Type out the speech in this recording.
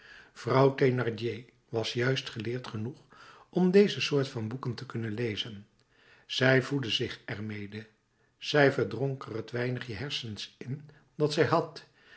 thénardier was juist geleerd genoeg om deze soort van boeken te kunnen lezen zij voedde zich er mede zij verdronk er het weinigje hersens in dat zij had